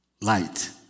light